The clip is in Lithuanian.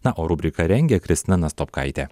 na o rubriką rengė kristina nastopkaitė